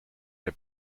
der